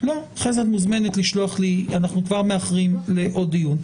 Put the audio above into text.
אנחנו מאחרים לעוד דיון.